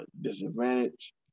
disadvantage